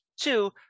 Two